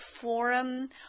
forum